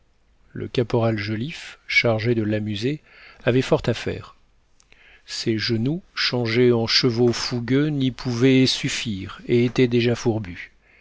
le caporal joliffe chargé de l'amuser avait fort à faire ses genoux changés en chevaux fougueux n'y pouvaient suffire et étaient déjà fourbus